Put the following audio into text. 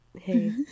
hey